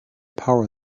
power